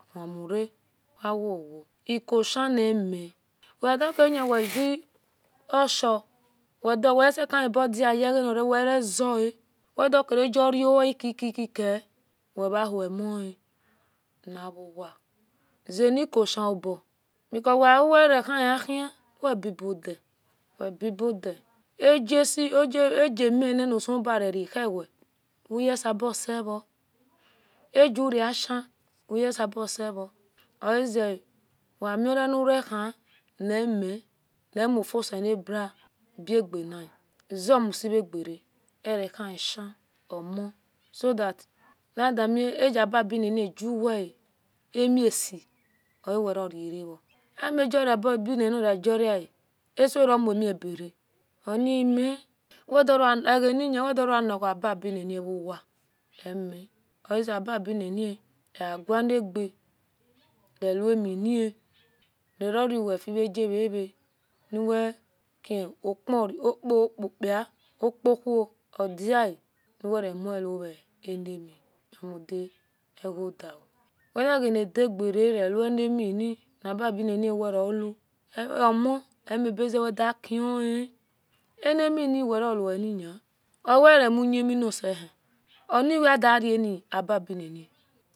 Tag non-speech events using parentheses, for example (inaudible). Weure wo wowo ikushenime wedakida wewevoshi omebodaye ageuwe mazee wedukeda agoroweye kekeke wemawhoman luwa zenkuhi oba because weawierhin ahie webibodia webibodia agesi (hesitation) agmewesuabiare rowa ageweashe weyesabosevo oaze weamireurehi nime nimuhuselebua bagenale zeomusiegere erehieshe omo sathat adime agababinin gewea amisiowew elelevo emigibabinini gewea asoremume bare onmi (hesitation) egenin wedoyale ababinini uwa emi ozea ababinini oagu lege rewemini nyoruwefiagevava (hesitation) uwehi okpi- kpa okpiuho odia uweremuo vanimi rudaegodiao weni gedagere rowanimi nababinini weuwe roru omo amibizeubuedi kihi anminuweroweni owearemuyeminoseni hien onwdiren ababinini